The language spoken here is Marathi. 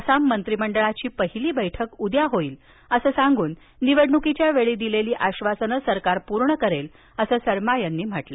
आसाम मंत्रीमंडळाची पहिली बैठक उद्या होईल असं सांगून निवडणुकीच्या वेळी दिलेली आश्वासनं सरकार पूर्ण करेल असं शर्मा यांनी सांगितलं